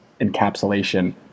encapsulation